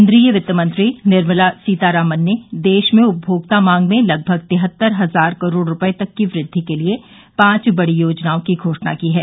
केन्द्रीय वित्त मंत्री निर्मला सीतारामन ने देश में उपभोक्ता मांग में लगभग तिहत्तर हजार करोड रूपये तक की वृद्धि के लिए पांच बड़ी योजनाओं की घोषणा की है